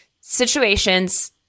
situations –